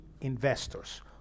investors